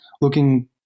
looking